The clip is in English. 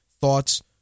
thoughts